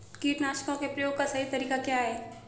कीटनाशकों के प्रयोग का सही तरीका क्या है?